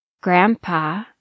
Grandpa